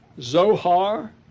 Zohar